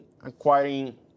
acquiring